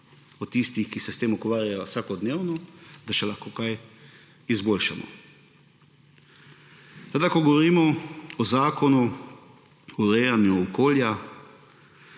od tistih, ki se s tem ukvarjajo vsakodnevno, da še lahko kaj izboljšamo. Toda ko govorimo o Zakonu o urejanju okolja,